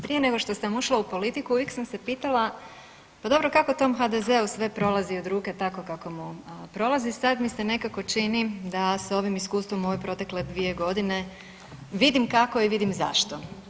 Prije nego što sam ušla u politiku uvijek sam se pitala pa dobro kako tom HDZ-u sve prolazi od ruke tako kako … [[Govornica se ne razumije.]] a prolazi sad mi se nekako čini da s ovim iskustvom u ove protekle dvije godine vidim kako i vidim zašto.